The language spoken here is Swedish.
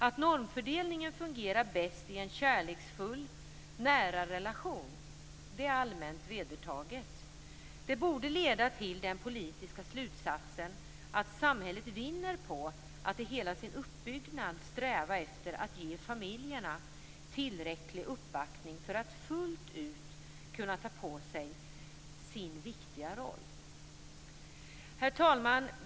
Att normfördelningen fungerar bäst i en kärleksfull nära relation är allmänt vedertaget. Det borde leda till den politiska slutsatsen att samhället vinner på att i hela sin uppbyggnad sträva efter att ge familjerna tillräcklig uppbackning för att fullt ut kunna ta på sig sin viktiga roll. Herr talman!